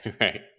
right